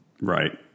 Right